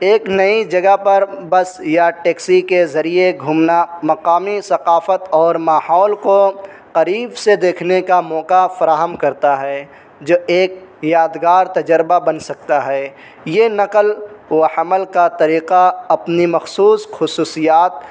ایک نئی جگہ پر بس یا ٹیکسی کے ذریعے گھومنا مقامی ثقافت اور ماحول کو قریب سے دیکھنے کا موقع فراہم کرتا ہے جو ایک یادگار تجربہ بن سکتا ہے یہ نقل و حمل کا طریقہ اپنی مخصوص خصوصیات